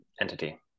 entity